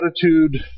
attitude